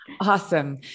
Awesome